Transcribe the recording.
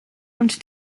und